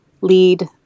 lead